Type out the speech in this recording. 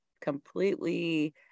Completely